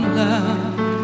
love